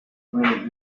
really